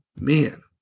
man